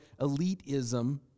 elitism